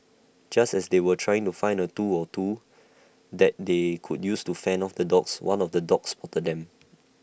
just as they were trying to find A tool or two that they could use to fend off the dogs one of the dogs spotted them